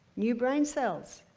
new brain cells.